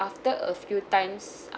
after a few times